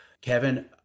Kevin